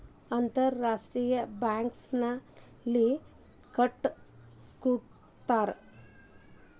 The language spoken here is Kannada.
ಅಂತರ್ ರಾಷ್ಟ್ರೇಯ ಟ್ಯಾಕ್ಸ್ ನ ಯೆಲ್ಲಿ ಕಟ್ಟಸ್ಕೊತಾರ್?